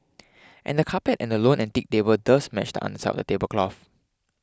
and the carpet and the lone antique table does match the underside of the tablecloth